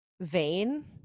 vain